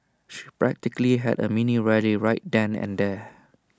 she practically had A mini rally right then and there